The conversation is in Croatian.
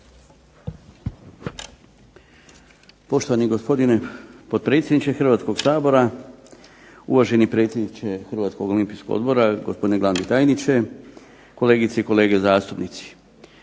Poštovani gospodine potpredsjedniče Hrvatskog sabora, uvaženi predsjedniče HOO-a, gospodine glavni tajniče, kolegice i kolege zastupnici.